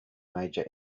major